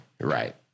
Right